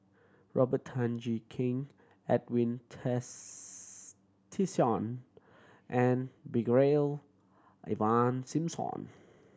Robert Tan Jee Keng Edwin Tessensohn and Brigadier Ivan Simson